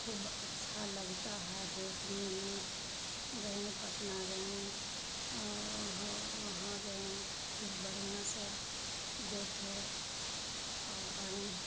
خوب اچھا لگتا ہے دیکھنے میں گئیں پٹنہ گئیں وہاں گئیں خوب بڑھیا سر دیکھے اور آئیں